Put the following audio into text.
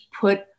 put